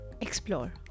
explore